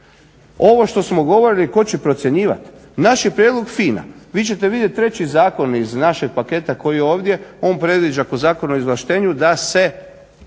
Ovo što smo govorili tko će procjenjivati, naš je prijedlog FINA. Vi ćete vidjeti treći zakon iz našeg paketa koji je ovdje on predviđa ako Zakon o izvlaštenju da se